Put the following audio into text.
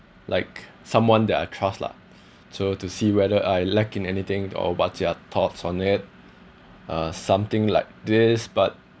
like someone that I trust lah to to see whether I lack in anything or budget thoughts on it uh something like this but